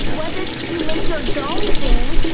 what if you make your dome thing